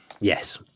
Yes